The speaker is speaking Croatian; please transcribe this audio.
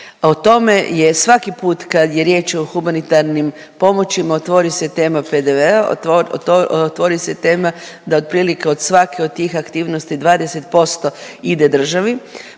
o tome je svaki put kad je riječ o humanitarnim pomoćima otvori se tema PDV-a, otvori se tema da otprilike od svake od tih aktivnosti 20% ide državi,